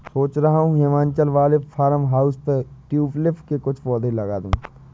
सोच रहा हूं हिमाचल वाले फार्म हाउस पे ट्यूलिप के कुछ पौधे लगा दूं